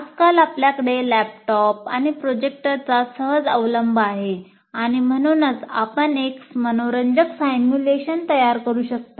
आजकाल आपल्याकडे लॅपटॉप आणि प्रोजेक्टरचा तयार करू शकता आणि त्यांचे लक्ष वेधून घेऊ शकता